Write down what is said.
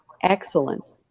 excellence